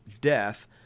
death